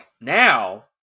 Now